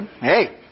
hey